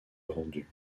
rendu